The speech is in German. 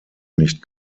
nicht